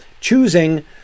Choosing